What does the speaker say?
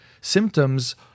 Symptoms